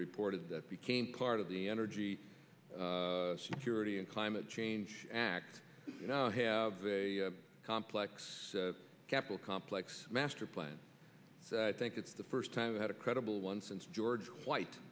reported that became part of the energy security and climate change act you know have a complex capitol complex master plan i think it's the first time i've had a credible one since george